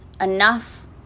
enough